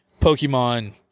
Pokemon